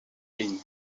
rhin